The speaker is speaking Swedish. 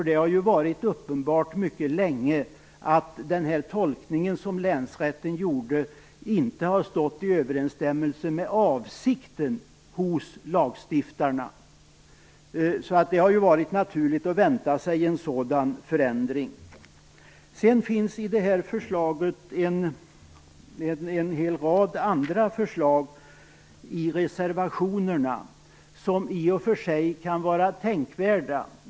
Det har ju länge varit uppenbart att länsrättens tolkning inte har stått i överensstämmelse med avsikten hos lagstiftarna. Det har alltså varit naturligt att vänta sig en sådan förändring. I betänkandet finns en hel rad andra förslag i reservationerna som i och för sig kan vara tänkvärda.